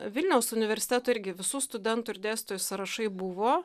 vilniaus universiteto irgi visų studentų ir dėstytojų sąrašai buvo